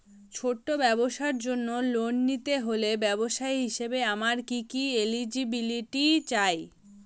ছোট ব্যবসার জন্য লোন নিতে হলে ব্যবসায়ী হিসেবে আমার কি কি এলিজিবিলিটি চাই?